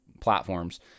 platforms